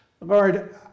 Lord